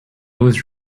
was